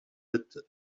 mit